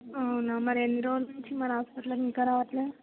అవునా మరి ఇన్ని రోజుల నుంచి మరి హాస్పిటల్కి ఇంకా రావట్లేదు